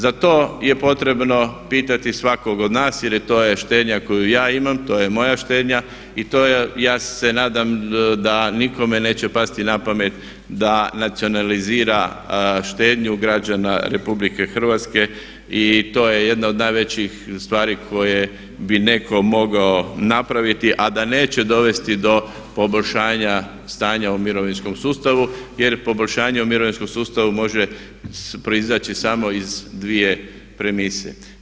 Za to je potrebno pitati svakog od nas, jer to je štednja koju ja imam, to je moja štednja i to je ja se nadam da nikome neće pasti na pamet da nacionalizira štednju građana Republike Hrvatske i to je jedna od najvećih stvari koje bi netko mogao napraviti a da neće dovesti do poboljšanja stanja u mirovinskom sustavu, jer poboljšanje u mirovinskom sustavu može proizaći samo iz dvije premise.